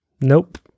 Nope